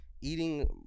eating